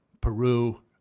Peru